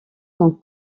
sont